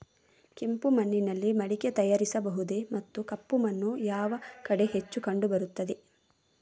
ಕೆಂಪು ಮಣ್ಣಿನಲ್ಲಿ ಮಡಿಕೆ ತಯಾರಿಸಬಹುದೇ ಮತ್ತು ಕಪ್ಪು ಮಣ್ಣು ಯಾವ ಕಡೆ ಹೆಚ್ಚು ಕಂಡುಬರುತ್ತದೆ?